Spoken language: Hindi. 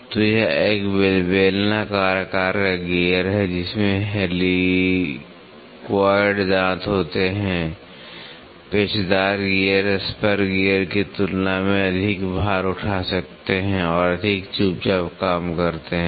तो यह एक बेलनाकार आकार का गियर है जिसमें हेलिकॉइड दांत होते हैं पेचदार गियर स्पर गियर की तुलना में अधिक भार उठा सकते हैं और अधिक चुपचाप काम करते हैं